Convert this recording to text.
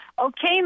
Okay